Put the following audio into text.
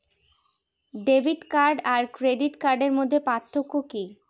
Debit card আর credit কার্ডের মধ্যে পার্থক্য কি?